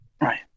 Right